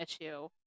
issue